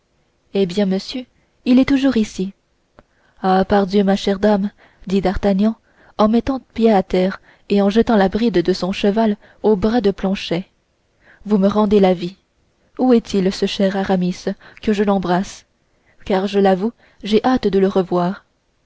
eh bien monsieur il est toujours ici ah pardieu ma chère dame dit d'artagnan en mettant pied à terre et en jetant la bride de son cheval au bras de planchet vous me rendez la vie où est-il ce cher aramis que je l'embrasse car je l'avoue j'ai hâte de le revoir